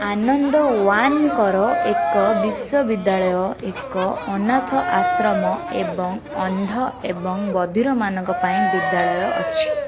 ଆନନ୍ଦ ୱାନଙ୍କର ଏକ ବିଶ୍ୱବିଦ୍ୟାଳୟ ଏକ ଅନାଥ ଆଶ୍ରମ ଏବଂ ଅନ୍ଧ ଏବଂ ବଧିରମାନଙ୍କ ପାଇଁ ବିଦ୍ୟାଳୟ ଅଛି